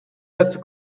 reste